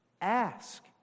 Ask